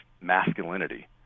masculinity